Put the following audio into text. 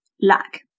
lack